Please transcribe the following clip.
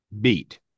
beat